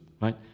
right